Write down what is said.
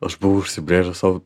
aš buvau užsibrėžęs sau